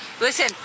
Listen